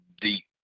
deep